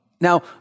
Now